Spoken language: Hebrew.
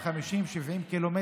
באתר אחד בהיקף של יותר מ-45,000 שקל,